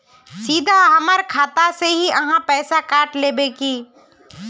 सीधा हमर खाता से ही आहाँ पैसा काट लेबे की?